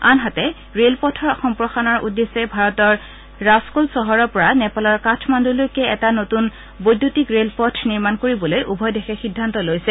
আনহাতে ৰেল পথৰ সম্প্ৰসাৰণৰ উদ্দেশ্যে ভাৰতৰ ৰাস্ট্ৰেল চহৰৰ পৰা নেপালৰ কাঠমাণ্ডুলৈকে এটা নতুন বৈদ্যুতিক ৰেলপথ নিৰ্মাণ কৰিবলৈ উভয় দেশে সিদ্ধান্ত লৈছে